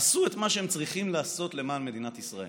עשו את מה שהם צריכים לעשות למען מדינת ישראל.